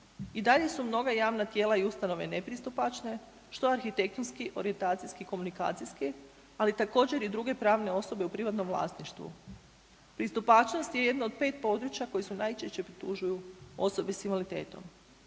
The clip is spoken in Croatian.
I dalje su mnoga javna tijela i ustanove nepristupačne, što arhitektonski, orijentacijski, komunikacijski, ali također i druge pravne osobe u privatnom vlasništvu. Pristupačnost je jedno od 5 područja koji su najčešće pritužuju osobe s invaliditetom.